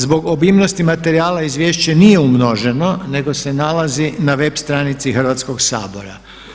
Zbog obimnosti materijala izvješće nije umnoženo nego se nalazi na web stranici Hrvatskoga sabora.